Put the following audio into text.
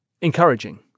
encouraging